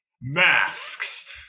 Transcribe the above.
Masks